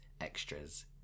extras